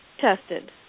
tested